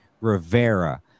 Rivera